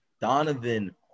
Donovan